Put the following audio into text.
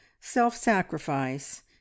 self-sacrifice